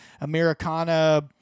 Americana-